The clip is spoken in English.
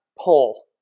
pull